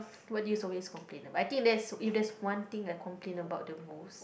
what do you complain about I think there's if there's one thing I complain about the most